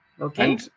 Okay